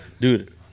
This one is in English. dude